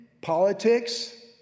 politics